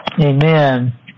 Amen